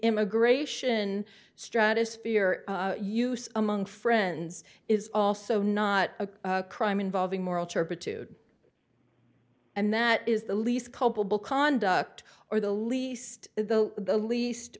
immigration stratosphere use among friends is also not a crime involving moral turpitude and that is the least culpable conduct or the least the the least